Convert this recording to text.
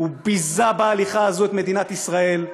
הוא ביזה בהליכה הזאת את מדינת ישראל,